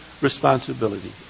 responsibility